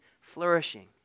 flourishing